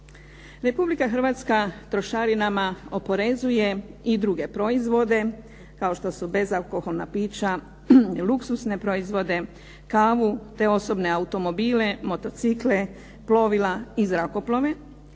Republika Hrvatska trošarinama oporezuje i druge proizvode, kao što su bezalkoholna pića, luksuzne proizvode, kavu te osobne automobile, motocikle, plovila i zrakoplove